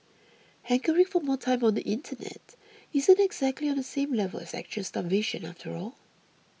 hankering for more time on the Internet isn't exactly on the same level as actual starvation after all